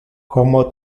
como